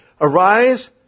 Arise